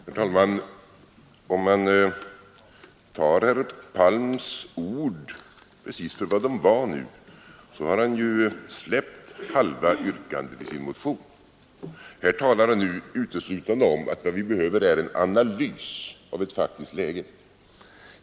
Herr talman! Om man tar herr Palms ord precis för vad de var nu, har han ju släppt halva yrkandet i sin motion. Här talar han uteslutande om att vad vi behöver är en analys av ett faktiskt läge.